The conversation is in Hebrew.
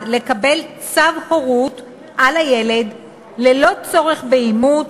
לקבל צו הורות על הילד ללא צורך באימוץ,